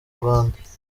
rwanda